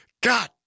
God